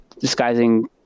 disguising